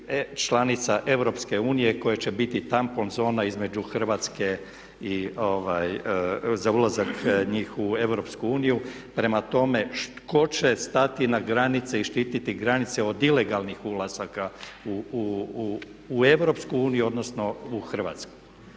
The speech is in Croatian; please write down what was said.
članica EU koja će biti tampon zona između Hrvatske za ulazak njih u EU. Prema tome, tko će stati na granice i štititi granice od ilegalnih ulazaka u EU odnosno u Hrvatsku?